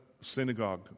synagogue